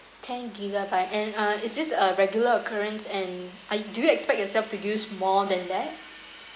ten gigabyte and uh is this a regular occurrence and uh do you expect yourself to use more than that